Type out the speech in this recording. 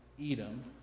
Edom